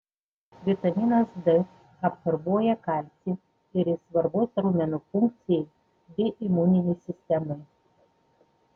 vitaminas d absorbuoja kalcį ir jis svarbus raumenų funkcijai bei imuninei sistemai